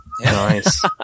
Nice